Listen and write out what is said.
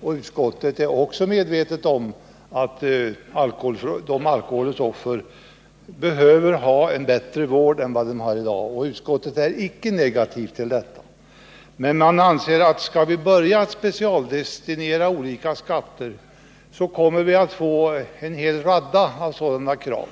och utskottet är också medvetet om att alkoholens offer behöver ha en bättre vård än de får i dag. Utskottet är icke negativt till detta, men utskottet anser att skall vi börja specialdestinera olika skatter kommer vi att få en hel radda av sådana krav.